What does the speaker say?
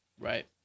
Right